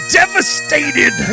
devastated